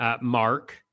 Mark